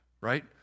right